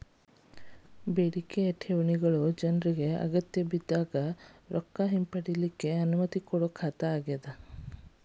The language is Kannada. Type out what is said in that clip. ಬೇಡಿಕೆಯ ಠೇವಣಿಗಳು ಜನ್ರಿಗೆ ಅಗತ್ಯಬಿದ್ದಾಗ್ ರೊಕ್ಕ ಹಿಂಪಡಿಲಿಕ್ಕೆ ಅನುಮತಿಸೊ ಖಾತಾ ಅದ